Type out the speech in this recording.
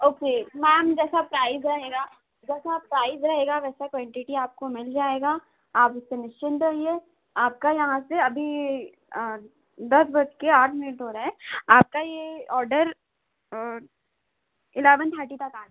okay ma'am जैसा price रहेगा price रहेगा वैसा क्वानटिटी आपको मिल जाएगा आप इससे निश्चिन्त रहिए आपका यहाँ से अभी दस बजकर आठ मिनट हो रहा है आपका यह ऑर्डर ईलेवन थर्टी तक आजा